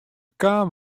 kaam